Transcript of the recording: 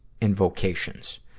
invocations